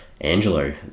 Angelo